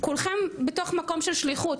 כולכם בתוך מקום של שליחות,